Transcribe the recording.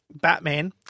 Batman